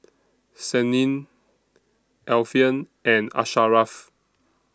Senin Alfian and Asharaff